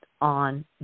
on